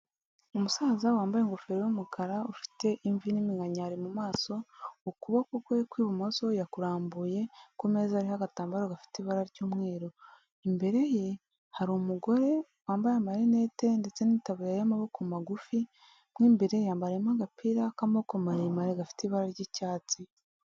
Umusaza wambaye ingofero y'umukara ufite imvi n'imikanyari mu maso, ukuboko kwe kw'ibumoso yakurambuye ku meza ariho yagatambaro gafite ibara ry'umweru. Imbere ye hari umugore wambaye amarinete ndetse n'itaburiya y'amaboko magufi, mo imbere yambayemo agapira k'amaboko maremare gafite ibara ry'icyatsi.